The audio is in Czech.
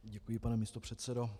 Děkuji, pane místopředsedo.